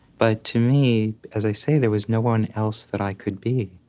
but to me, as i say, there was no one else that i could be.